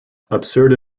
absurd